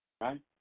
Right